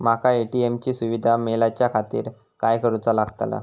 माका ए.टी.एम ची सुविधा मेलाच्याखातिर काय करूचा लागतला?